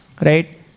Right